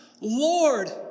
Lord